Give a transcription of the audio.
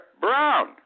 brown